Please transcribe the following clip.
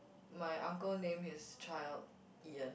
my uncle named his child Ian